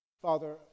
Father